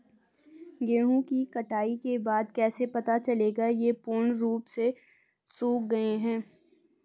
गेहूँ की कटाई के बाद कैसे पता चलेगा ये पूर्ण रूप से सूख गए हैं?